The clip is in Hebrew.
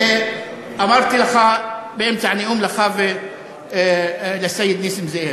אמרתי לך באמצע הנאום, לך ולסייד נסים זאב.